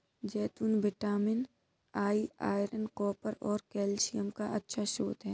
जैतून vitamin E, iron, copper और calcium का अच्छा स्रोत हैं